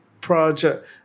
project